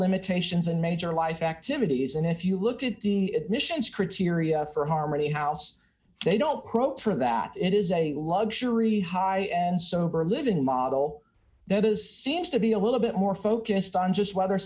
limitations and major life activities and if you look at the admissions critique area for harmony house they don't quote for that it is a luxury high and sober living model that is seems to be a little bit more focused on just whether